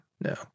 no